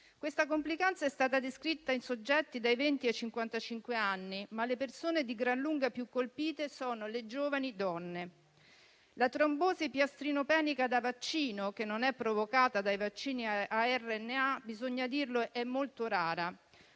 Questa complicanza è stata descritta in soggetti dai 20 ai 55 anni, ma le persone di gran lunga più colpite sono le giovani donne. La trombosi piastrinopenica da vaccino, che non è provocata dai vaccini a RNA, è molto rara.